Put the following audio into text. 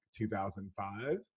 2005